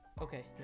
Okay